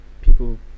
people